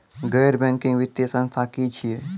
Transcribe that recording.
गैर बैंकिंग वित्तीय संस्था की छियै?